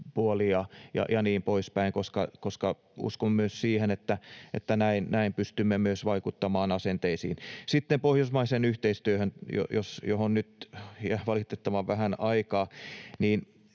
ja niin poispäin, koska uskon siihen, että näin pystymme myös vaikuttamaan asenteisiin. Sitten pohjoismaiseen yhteistyöhön, johon nyt jää valitettavan vähän aikaa.